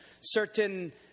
certain